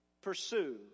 Pursue